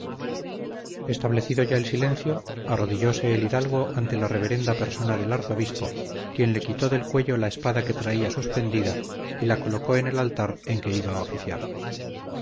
establecido ya el silencio arrodillóse el hidalgo ante la reverenda persona del arzobispo quien le quitó del cuello la espada que traía suspendida y la colocó en el altar en que iba a oficiar